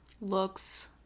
looks